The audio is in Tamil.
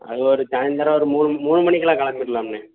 அது ஒரு சாய்ந்தரம் ஒரு மூணு மூணு மணிக்கிலாம் கிளம்பிர்லாம்ண்ணே